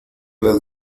las